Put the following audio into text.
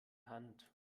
hand